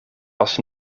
was